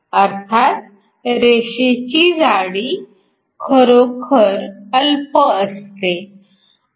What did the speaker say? अर्थात रेषेची जाडी खरोखर अल्प असते